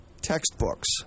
textbooks